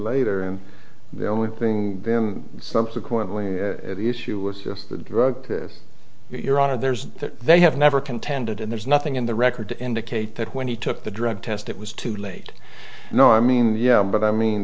later and the only thing then subsequently the issue was just the drug your honor there's that they have never contended and there's nothing in the record to indicate that when he took the drug test it was too late no i mean yeah but i mean